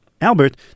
Albert